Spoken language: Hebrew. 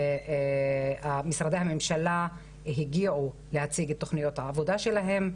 משרדי הממשלה הגיעו להציג את תוכניות העבודה שלהם,